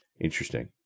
Interesting